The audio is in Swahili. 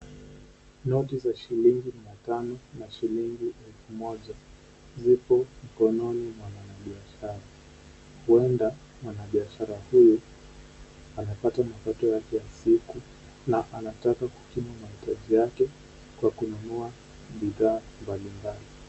Noti za shilingi mia tano na shilingi elfu moja zipo mkononi mwa mwanabiashara. Huenda mwanabiashara huyu, anapata mapato yeke ya siku na anataka kukimu mahitaji yake kwa kununua bidhaa mbali mbali.